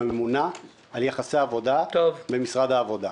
הממונה על יחסי העבודה במשרד העבודה.